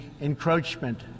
encroachment